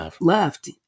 left